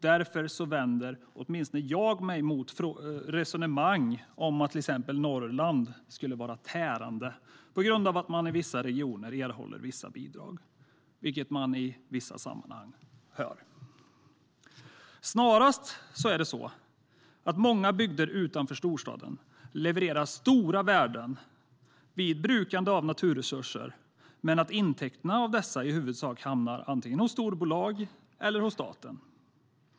Därför vänder åtminstone jag mig mot resonemang om att till exempel Norrland skulle vara tärande på grund av att vissa regioner erhåller vissa bidrag, vilket man ibland hör. Snarast levererar många bygder utanför storstaden stora värden vid brukande av naturresurser, men intäkterna av dessa hamnar i huvudsak antingen hos storbolag eller hos staten.